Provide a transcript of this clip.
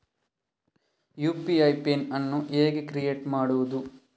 UPI PIN ಅನ್ನು ಹೇಗೆ create ಮಾಡುದು?